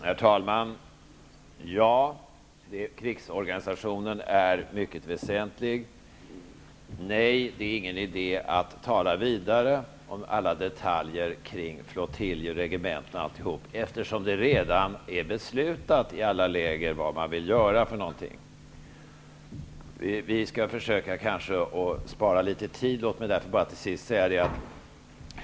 Herr talman! Ja, krigsorganisationen är mycket väsentlig. Nej, det är ingen idé att tala vidare om alla detaljer kring flottiljer, regementen osv., eftersom det redan i alla läger är beslutat vad man vill göra. Kanske skall vi försöka spara litet tid. Därför vill jag till sist bara säga följande.